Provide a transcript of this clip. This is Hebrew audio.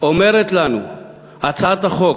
אומרת לנו הצעת החוק